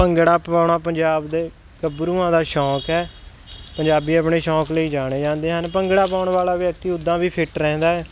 ਭੰਗੜਾ ਪਾਉਣਾ ਪੰਜਾਬ ਦੇ ਗੱਭਰੂਆਂ ਦਾ ਸ਼ੌਕ ਹੈ ਪੰਜਾਬੀ ਆਪਣੇ ਸ਼ੌਕ ਲਈ ਜਾਣੇ ਜਾਂਦੇ ਹਨ ਭੰਗੜਾ ਪਾਉਣ ਵਾਲਾ ਵਿਅਕਤੀ ਉੱਦਾਂ ਵੀ ਫਿਟ ਰਹਿੰਦਾ